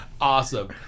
Awesome